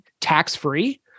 tax-free